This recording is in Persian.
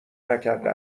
نکرده